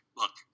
look